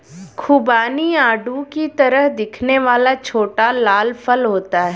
खुबानी आड़ू की तरह दिखने वाला छोटा लाल फल होता है